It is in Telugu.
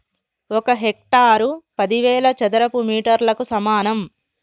ఒక హెక్టారు పదివేల చదరపు మీటర్లకు సమానం